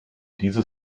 diese